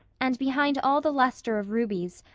and, behind all the luster of ruby's,